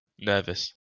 Nervous